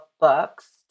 books